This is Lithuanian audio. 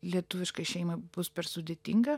lietuviškai šeimai bus per sudėtinga